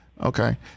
Okay